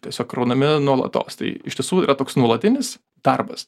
tiesiog kraunami nuolatos tai iš tiesų yra toks nuolatinis darbas